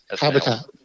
Habitat